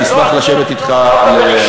אני אשמח לשבת אתך על,